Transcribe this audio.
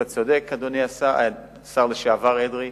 אתה צודק, אדוני השר לשעבר אדרי,